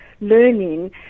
learning